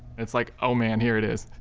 it's like, oh man, here it is,